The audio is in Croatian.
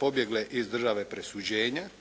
pobjegle iz države presuđenja, dakle